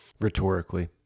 rhetorically